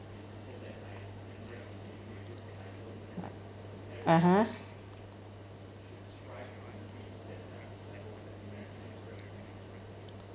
(uh huh)